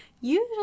usually